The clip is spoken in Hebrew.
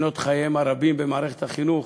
שנותיהם הרבות במערכת החינוך